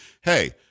hey